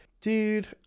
Dude